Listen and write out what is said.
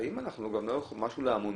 שחליתי וגיליתי כל כך הרבה